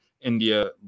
india